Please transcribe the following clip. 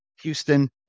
Houston